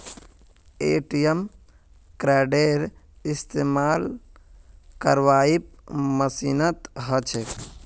ATM कार्डेर इस्तमाल swipe मशीनत ह छेक